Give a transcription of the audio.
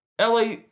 LA